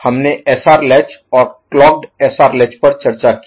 हमने SR latch और clocked SR latch पर चर्चा की